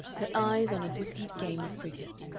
her eyes on a distant game of cricket,